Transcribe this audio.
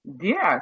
Yes